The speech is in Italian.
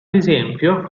esempio